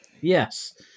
Yes